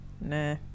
Nah